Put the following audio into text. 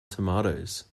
tomatoes